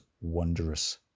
wondrous